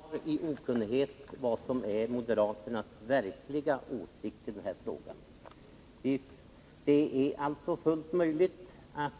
Herr talman! Anders Björck har, genom att inte svara på frågorna, hållit oss kvar i okunnighet om vad som är moderaternas verkliga åsikt i den här frågan. Det är alltså fullt möjligt att